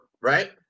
right